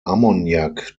ammoniak